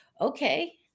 okay